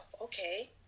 okay